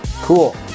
Cool